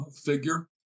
Figure